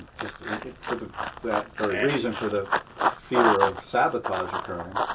just for the that very reason, for the fear of sabotage occurring,